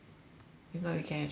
if not you can actually go